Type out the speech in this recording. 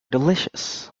delicious